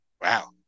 Wow